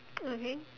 okay